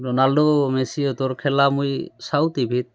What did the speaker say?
Ronaldo মেচিহঁতৰ খেলা মই চাওঁ টি ভিত